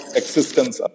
existence